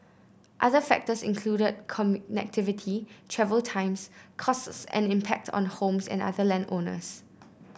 other factors include connectivity travel times costs and impact on homes and other land owners